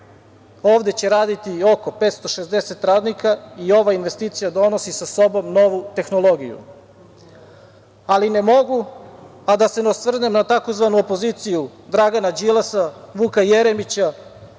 Ovde će raditi oko 560 radnika i ova investicija donosi sa sobom novu tehnologiju. Ali, ne mogu, a da se ne osvrnem na tzv. opoziciju Dragana Đilasa, Vuka Jeremića,